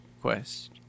quest